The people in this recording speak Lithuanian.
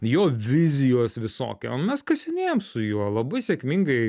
jo vizijos visokie o mes kasinėjam su juo labai sėkmingai